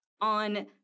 on